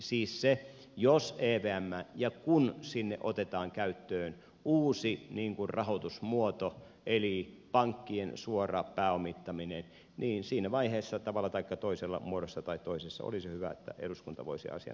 siis jos ja kun evmään otetaan käyttöön uusi rahoitusmuoto eli pankkien suora pääomittaminen niin siinä vaiheessa tavalla taikka toisella muodossa tai toisessa olisi hyvä että eduskunta voisi asian käsitellä